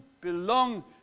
belong